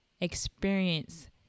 experience